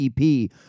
EP